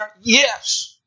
Yes